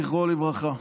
זיכרונו לברכה.